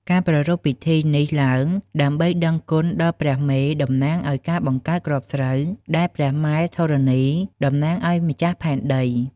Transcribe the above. ការប្រារព្ធពិធីនេះឡើង ដើម្បីដឹងគុណដល់ ព្រះមេ តំណាងឱ្យការបង្កើតគ្រាប់ស្រូវ ដែលព្រះម៉ែធរណី តំណាងឱ្យម្ចាស់ផែនដី។